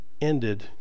ended